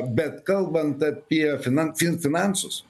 bet kalbant apie fina fin finansus